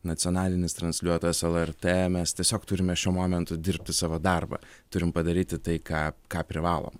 nacionalinis transliuotojas lrt mes tiesiog turime šiuo momentu dirbti savo darbą turim padaryti tai ką ką privalom